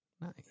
nice